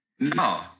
No